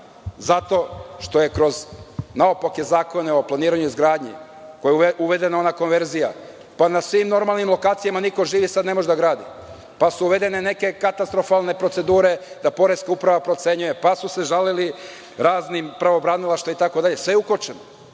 zato što je kroz naopake zakone o planiranju i izgradnji kojim je uvedena ona konverzija pa na svim normalnim lokacijama niko živi ne može sada da gradi, pa su uvedene neke katastrofalne procedure da poreska uprava, procenjuje pa su se žalili raznim pravobranilaštvima itd, sve je ukočeno.